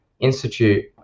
Institute